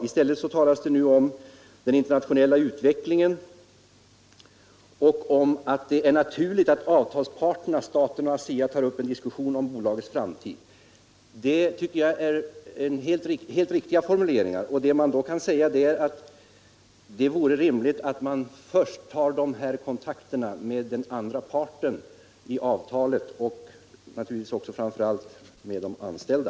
I stället talas det nu om den internationella utvecklingen och om att det är naturligt att avtalsparterna staten och ASEA tar upp en diskussion om bolagets framtid, vilket jag tycker är helt riktigt. Det vore då rimligt att man först tog kontakt med den andra avtalsparten och naturligtvis också framför allt med de anställda.